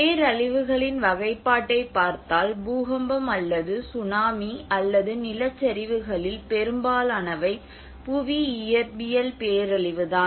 பேரழிவுகளின் வகைப்பாட்டை பார்த்தால் பூகம்பம் அல்லது சுனாமி அல்லது நிலச்சரிவுகளில் பெரும்பாலானவை புவி இயற்பியல் பேரழிவுதான்